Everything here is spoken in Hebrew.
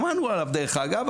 שמענו עליו דרך אגב,